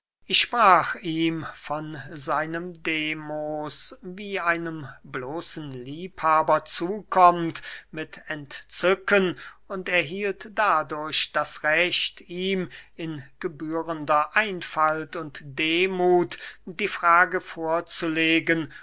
ich sprach ihm von seinem demos wie einem bloßen liebhaber zukommt mit entzücken und erhielt dadurch das recht ihm in gebührender einfalt und demuth die frage vorzulegen